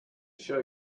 show